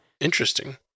Interesting